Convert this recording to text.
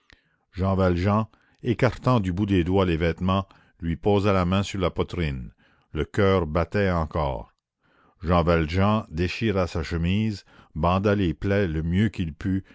jean valjean écartant du bout des doigts les vêtements lui posa la main sur la poitrine le coeur battait encore jean valjean déchira sa chemise banda les plaies le mieux qu'il put